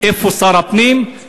איפה שר הפנים?